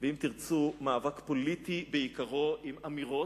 אם תרצו, מאבק פוליטי בעיקרו, עם אמירות,